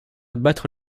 battre